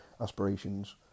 aspirations